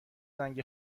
زنگ